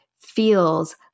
feels